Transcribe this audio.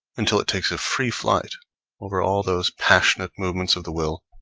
until it takes a free flight over all those passionate movements of the will,